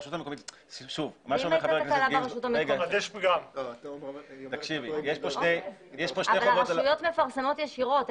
אבל הרשויות מפרסמות ישירות.